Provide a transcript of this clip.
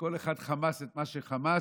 כל אחד חמס את מה שחמס,